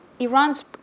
Iran's